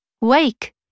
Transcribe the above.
Wake